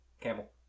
Camel